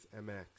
mx